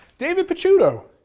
david pacciuto,